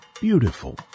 beautiful